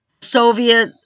soviet